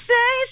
Say